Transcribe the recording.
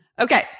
Okay